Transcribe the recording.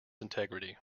integrity